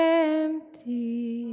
empty